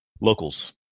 locals